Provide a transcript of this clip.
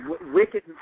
wicked